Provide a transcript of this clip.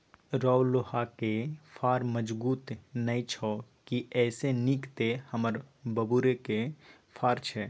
रौ लोहाक फार मजगुत नै छौ की एइसे नीक तँ हमर बबुरक फार छै